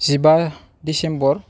जिबा डिसेम्बर